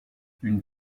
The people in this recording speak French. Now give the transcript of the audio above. une